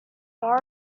far